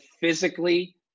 physically